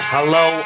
Hello